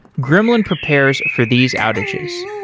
gremlin prepares for these outages.